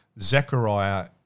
Zechariah